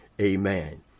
Amen